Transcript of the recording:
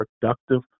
productive